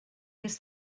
his